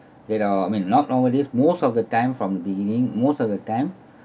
that are I mean not nowadays most of the time from beginning most of the time